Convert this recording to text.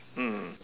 mm